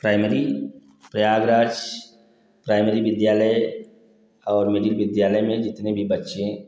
primary Prayagraj primary विद्यालय और middle विद्यालय में जितने भी बच्चे